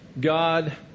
God